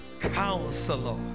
Counselor